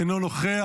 אינו נוכח,